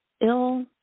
ill